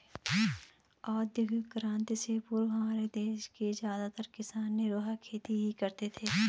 औद्योगिक क्रांति से पूर्व हमारे देश के ज्यादातर किसान निर्वाह खेती ही करते थे